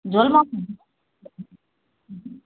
झोल मोमो